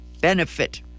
benefit